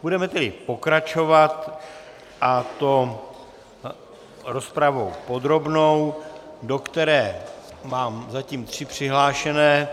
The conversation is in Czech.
Budeme tedy pokračovat, a to rozpravou podrobnou, do které mám zatím tři přihlášené.